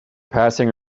passing